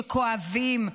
שכואבים,